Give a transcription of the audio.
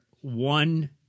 one